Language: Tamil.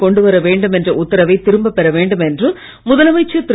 கொண்டுவரவேண்டும்என்றஉத்தரவைதிரும்பப்பெறவேண்டும்என் றுமுதலமைச்சர்திரு